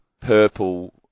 purple